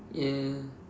ya